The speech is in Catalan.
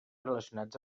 relacionats